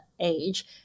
age